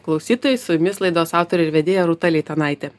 klausytojai su jumis laidos autorė ir vedėja rūta leitanaitė